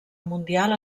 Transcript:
mundial